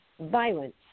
violence